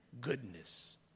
goodness